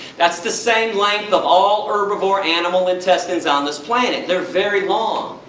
that's the same length of all herbivore animal intestines on this planet. they're very long.